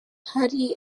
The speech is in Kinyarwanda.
hari